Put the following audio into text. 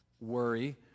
worry